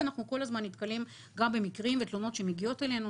ואנחנו כל הזמן נתקלים גם במקרים ותלונות שמגיעות אלינו,